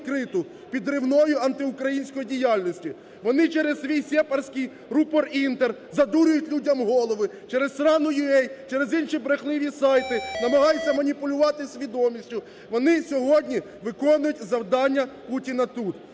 підривною антиукраїнською діяльністю. Вони через свій сепарський рупор "Інтер" задурюють людям голови, через "Страна.IN.UA", через інші брехливі сайти намагаються маніпулювати свідомістю. Вони сьогодні виконують завдання Путіна тут,